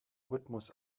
rhythmus